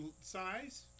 size